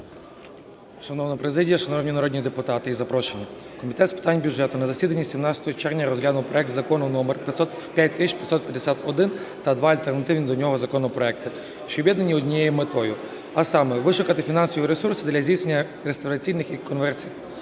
Шановна президія, шановні народні депутати і запрошені! Комітет з питань бюджету на засіданні 17 червня розглянув проект Закону № 5551 та два альтернативні до нього законопроекти, що об'єднані однією метою, а саме: вишукати фінансові ресурси для здійснення реставраційних і консерваційних